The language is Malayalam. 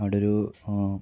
അവിടൊരു